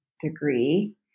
degree